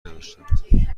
نداشتند